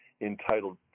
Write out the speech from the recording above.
entitled